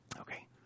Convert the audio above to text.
Okay